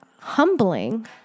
humbling